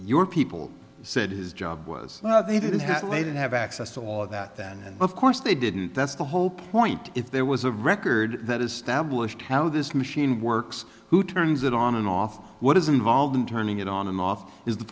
your people said his job was how they did it has made it have access to all of that then of course they didn't that's the whole point if there was a record that established how this machine works who turns it on and off what is involved in turning it on and off is the